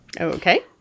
Okay